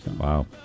Wow